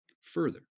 Further